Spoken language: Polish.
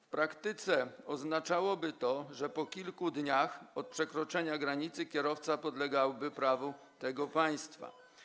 W praktyce oznaczałoby to, że po kilku dniach od przekroczenia granicy kierowca podlegałby prawu tego państwa.